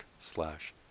slash